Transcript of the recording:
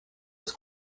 was